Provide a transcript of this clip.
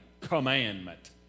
Commandment